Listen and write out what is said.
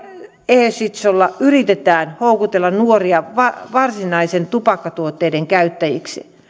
e shishoilla yritetään houkutella nuoria varsinaisten tupakkatuotteiden käyttäjiksi